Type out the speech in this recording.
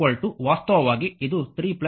ಆದ್ದರಿಂದ i0 ವಾಸ್ತವವಾಗಿ ಇದು 30